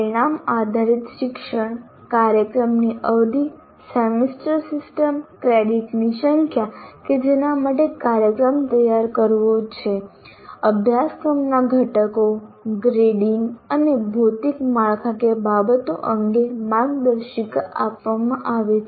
પરિણામ આધારિત શિક્ષણ કાર્યક્રમની અવધિ સેમેસ્ટર સિસ્ટમ ક્રેડિટની સંખ્યા કે જેના માટે કાર્યક્રમ તૈયાર કરવો છે અભ્યાસક્રમના ઘટકો ગ્રેડિંગ અને ભૌતિક માળખાકીય બાબતો અંગે માર્ગદર્શિકા આપવામાં આવી છે